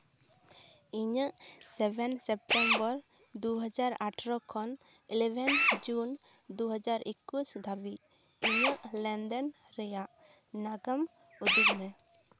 ᱤᱧᱟᱹᱜ ᱥᱮᱵᱷᱮᱱ ᱥᱮᱯᱴᱮᱢᱵᱚᱨ ᱫᱩ ᱦᱟᱡᱟᱨ ᱟᱴᱷᱨᱚ ᱠᱷᱚᱱ ᱤᱞᱤᱵᱷᱮᱱ ᱡᱩᱱ ᱫᱩ ᱦᱟᱡᱟᱨ ᱮᱠᱩᱥ ᱫᱷᱟᱹᱵᱤᱡ ᱤᱧᱟᱹᱜ ᱞᱮᱱᱫᱮᱱ ᱨᱮᱭᱟᱜ ᱱᱟᱜᱟᱢ ᱩᱫᱩᱜ ᱢᱮ